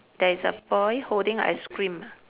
there is a boy holding a ice cream